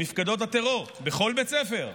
את מפקדות הטרור בכל בית ספר,